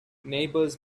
neighbors